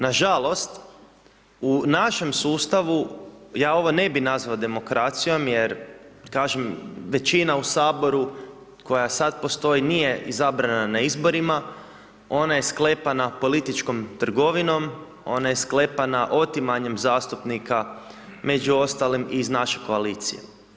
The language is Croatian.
Nažalost u našem sustavu ja ovo ne bi nazvao demokracijom jer kažem većina u saboru koja sad postoji nije izabrana na izborima, ona je sklapana političkom trgovinom, ona je sklepana otimanjem zastupnika među ostalim i iz naše koalicije.